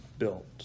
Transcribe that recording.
built